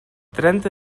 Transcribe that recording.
trenta